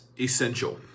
essential